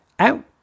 Out